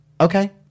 Okay